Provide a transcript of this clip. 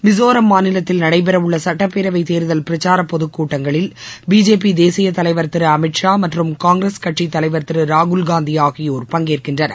மிசோரம் மாநிலத்தில் நடைபெற உள்ள சுட்டப் பேரவைத் தேர்தல் பிரச்சார பொதுக் கூட்டங்களில் பிஜேபி தேசிய தலைவர் திரு அமித் ஷா மற்றும் காங்கிரஸ் கட்சித் தலைவர் திரு ராகுல்காந்தி ஆகியோர் பங்கேற்கின்றனர்